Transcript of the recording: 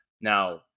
Now